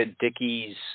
Dickie's